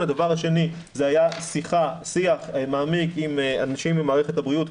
הדבר השני זה היה שיח מעמיק עם אנשים במערכת הבריאות,